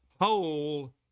whole